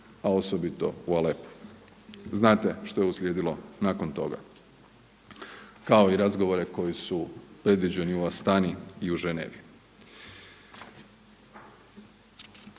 a osobito u Aleppu. Znate što je uslijedilo nakon toga, kao i razgovore koji su predviđeni u Astani i u Ženevi.